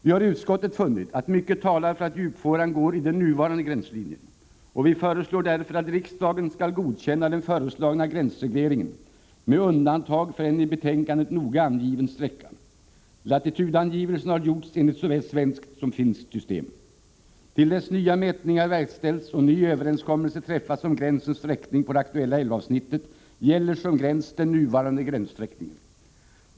Vi har i utskottet funnit att mycket talar för att djupfåran går i den nuvarande gränslinjen, och vi föreslår därför att riksdagen skall godkänna den föreslagna gränsregleringen med undantag för en i betänkandet noga angiven sträcka. Latitudangivelserna har gjorts enligt såväl svenskt som finskt system. Till dess nya mätningar verkställts och en ny överenskommelse träffats om gränsens sträckning på det aktuella älvavsnittet gäller som gräns den nuvarande gränssträckningen.